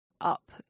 up